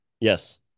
Yes